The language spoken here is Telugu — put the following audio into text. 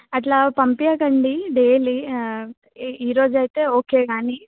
అట్లా పంపీయకండి డైలీ ఈ రోజైతే ఓకే కానీ